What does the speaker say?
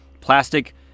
plastic